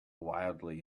wildly